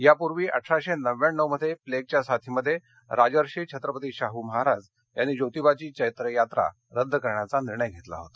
यापूर्वी अठराशे नव्याण्णव मध्ये प्लेगच्या साथीमध्ये राजर्षी छत्रपती शाहू महाराज यांनी जोतिबाची चेत्र यात्रा रद्द करण्याचा निर्णय घेतला होता